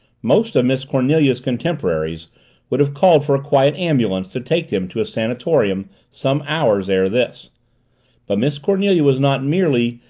most of miss cornelia's contemporaries would have called for a quiet ambulance to take them to a sanatorium some hours ere this but miss cornelia was not merely,